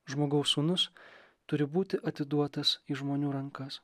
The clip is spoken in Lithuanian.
žmogaus sūnus turi būti atiduotas į žmonių rankas